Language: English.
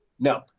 No